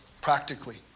practically